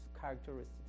characteristics